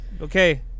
Okay